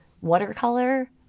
watercolor